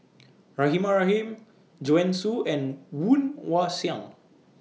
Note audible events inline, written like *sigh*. *noise* Rahimah Rahim Joanne Soo and Woon Wah Siang